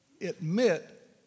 admit